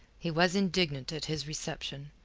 he was indignant at his reception.